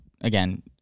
again